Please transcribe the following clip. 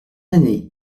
année